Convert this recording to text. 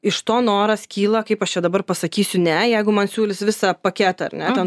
iš to noras kyla kaip aš čia dabar pasakysiu ne jeigu man siūlys visą paketą ar ne ten